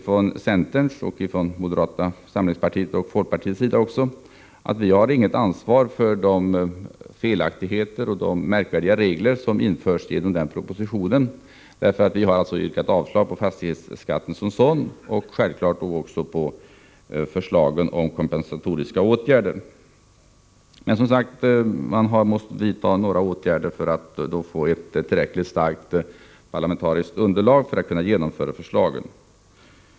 Från centerns, moderata samlingspartiets och folkpartiets sida menar vi att vi inte har något ansvar för de felaktigheter och de märkvärdiga regler som införs genom propositionen, eftersom vi har yrkat avslag på fastighetsskatten som sådan och självfallet även på förslagen om kompensatoriska åtgärder.